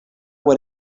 what